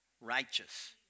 righteous